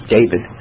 David